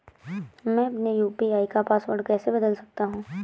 मैं अपने यू.पी.आई का पासवर्ड कैसे बदल सकता हूँ?